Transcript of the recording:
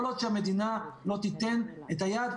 כל עוד שהמדינה לא תיתן את היד,